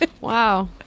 Wow